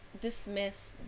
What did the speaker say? dismiss